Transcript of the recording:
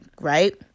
right